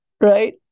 right